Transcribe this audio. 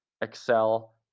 Excel